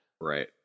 Right